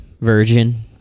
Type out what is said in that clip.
virgin